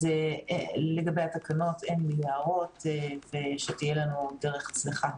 לגבי התקנות, אין לי הערות ושתהיה לנו דרך צלחה.